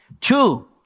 Two